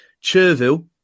chervil